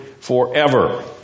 forever